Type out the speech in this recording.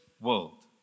world